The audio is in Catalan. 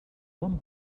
bon